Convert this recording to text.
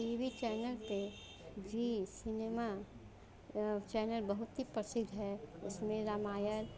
T V channel पर Zee cinema channel बहुत ही प्रसिद्ध है उसमें रामायण